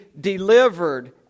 delivered